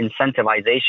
incentivization